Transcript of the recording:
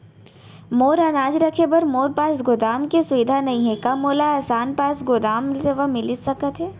मोर अनाज रखे बर मोर पास गोदाम के सुविधा नई हे का मोला आसान पास गोदाम सेवा मिलिस सकथे?